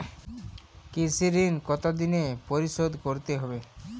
কৃষি ঋণ কতোদিনে পরিশোধ করতে হবে?